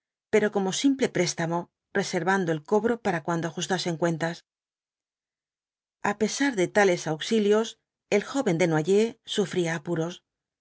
pero como simple préstamo reservando el cobro para cuando ajustasen cuentas a pesar de tales auxilios el joven desnoyers sufría apuros